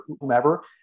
whomever